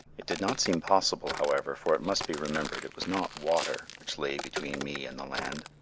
it did not seem possible, however, for it must be remembered it was not water which lay between me and the land,